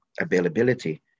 availability